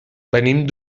venim